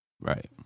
Right